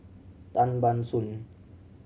Tan Ban Soon